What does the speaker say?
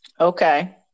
Okay